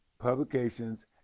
publications